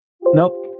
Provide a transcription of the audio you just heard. Nope